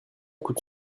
coûte